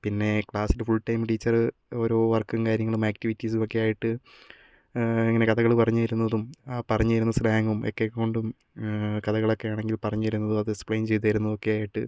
പിന്നെ ക്ലാസ്സിൽ full time teacher ഓരോ വർക്കും കാര്യങ്ങളും ആക്ടിവിറ്റീസും ഒക്കെ ആയിട്ട് ഇങ്ങനെ കഥകൾ പറഞ്ഞ് തരുന്നതും ആ പറഞ്ഞ് തരുന്ന സ്ലാങ്ങും ഒക്കെ കൊണ്ടും കഥകളൊക്കെ ആണെങ്കിൽ പറഞ്ഞ് തരുന്നതും അത് എക്സ്പ്ലയിൻ ചെയ്തു തരുന്നതും ഒക്കെ ആയിട്ട്